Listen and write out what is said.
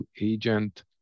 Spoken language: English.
agent